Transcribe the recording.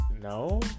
No